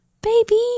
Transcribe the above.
Baby